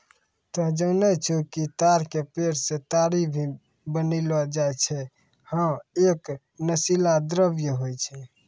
तोहं जानै छौ कि ताड़ के पेड़ सॅ ताड़ी भी बनैलो जाय छै, है एक नशीला द्रव्य होय छै